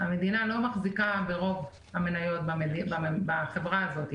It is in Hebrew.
המדינה לא מחזיקה ברוב המניות בחברה הזו.